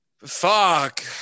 Fuck